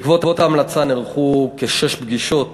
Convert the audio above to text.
בעקבות ההמלצה נערכו כשש פגישות